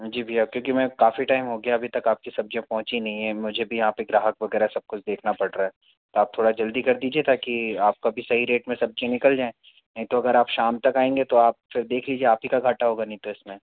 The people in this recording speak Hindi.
हाँ जी भैया क्योंकि मैं काफ़ी टाइम हो गया अभी तक आपकी सब्ज़ियाँ पहुँची नहीं है मुझे भी आप एक ग्राहक वग़ैरह सब कुछ देखना पड़ रहा है आप थोड़ा जल्दी कर दीजिए ताकि आपका भी सही रेट में सब्ज़ी निकल जाएँ नहीं तो अगर आप शाम तक आएँगे तो आप फिर देख लीजिए आप ही का घाटा होगा नहीं तो इसमें